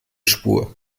spur